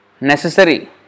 necessary